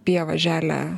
pieva želia